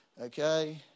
okay